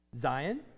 Zion